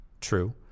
true